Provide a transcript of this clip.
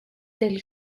del